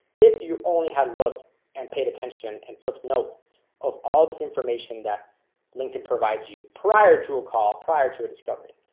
if you only had looked and paid attention and took note of all this information that linkedin provides you prior to a call prior to a discovery.